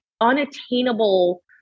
unattainable